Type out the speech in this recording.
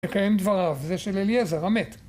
‫לקיים דבריו, זה של אליעזר, המת.